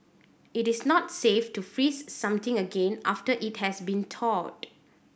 it is not safe to freeze something again after it has been thawed